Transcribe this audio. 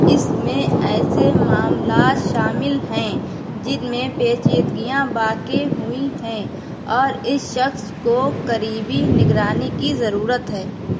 اس میں ایسے معاملات شامل ہیں جن میں پیچیدگیاں واقع ہوئی ہیں اور اس شخص کو قریبی نگرانی کی ضرورت ہے